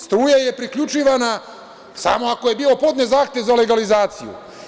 Struja je priključivana samo ako je bio podnet zahtev za legalizaciju.